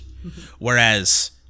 Whereas